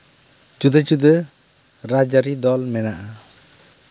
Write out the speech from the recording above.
ᱡᱩᱫᱟᱹ ᱡᱩᱫᱟᱹ ᱨᱟᱡᱽ ᱟᱹᱨᱤ ᱫᱚᱞ ᱢᱮᱱᱟᱜᱼᱟ